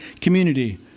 community